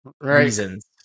reasons